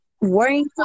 worrying